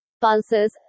pulses